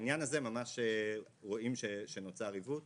בעניין הזה ממש רואים שנוצר עיוות